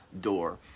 door